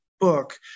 book